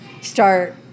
start